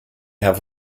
have